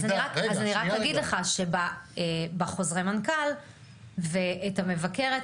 אז אני רק אגיד לך שבחוזרי מנכ"ל ואת המבקרת,